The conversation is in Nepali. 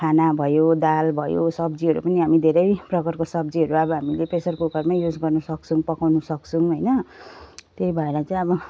खाना भयो दाल भयो सब्जीहरू पनि हामी धेरै प्रकारको सब्जीहरू अब हामीले प्रेसर कुकरमै युज गर्नसक्छौँ पकाउनसक्छौँ होइन त्यही भएर चाहिँ अब